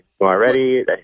already